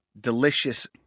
delicious